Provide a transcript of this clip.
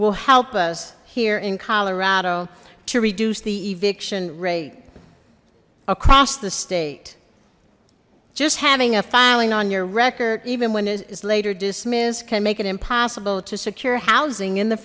will help us here in colorado to reduce the eviction rate across the state just having a filing on your record even when it's later dismissed can make it impossible to secure housing in the